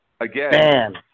again